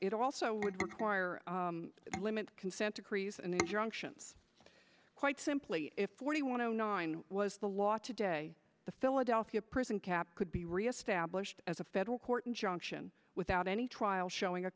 it also would require to limit consent decrees and injunctions quite simply if forty one zero nine was the law today the philadelphia prison cap could be reestablished as a federal court injunction without any trial showing a